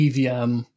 EVM